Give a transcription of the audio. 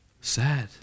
Sad